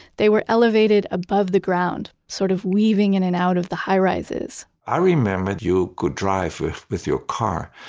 they were elevated above the ground, sort of weaving in and out of the high-rises i remembered you could drive with with your car,